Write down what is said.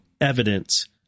evidence